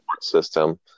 system